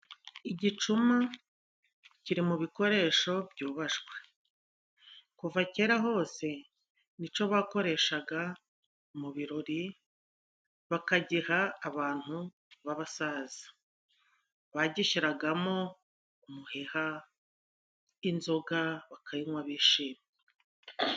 Igicuma kiri mu bikoresho byubashywe. Kuva kera hose ni cyo bakoreshaga mu birori, bakagiha abantu b'abasaza. Bagishyiramo umuheha, inzoga bakayinywa bishimye.